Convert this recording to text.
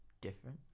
Different